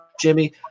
Jimmy